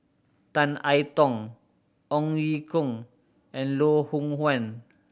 Tan I Tong Ong Ye Kung and Loh Hoong Kwan